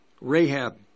Rahab